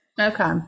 Okay